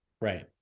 Right